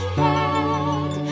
head